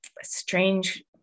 strange